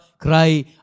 cry